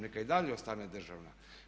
Neka i dalje ostane državna.